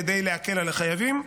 כדי להקל על החייבים.